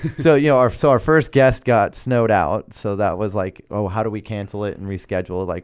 so yeah our so our first guest got snowed out, so that was like, oh, how do we cancel it and reschedule? like